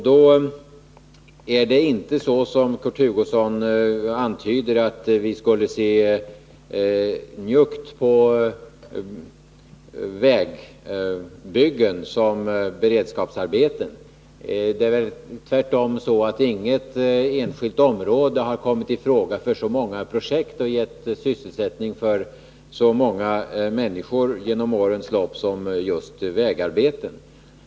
Det är inte så som Kurt Hugosson antyder, att vi skulle se njuggt på vägbyggen som beredskapsarbeten. Det är väl tvärtom på det sättet att inget enskilt område under årens lopp har kommit i fråga för så många projekt och gett sysselsättning åt så många människor som just vägarbetena.